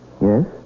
Yes